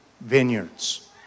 vineyards